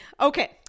Okay